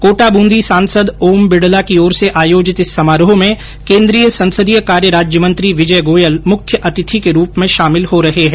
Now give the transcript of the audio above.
कोटा बूंदी सांसद ओम बिरला की ओर से आयोजित इस समारोह में केन्द्रीय संसदीय कार्य राज्य मंत्री विजय गोयल मुख्य अतिथी के रूप में शामिल हो रहे हैं